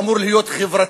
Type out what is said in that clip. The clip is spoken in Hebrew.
שאמור להיות חברתי,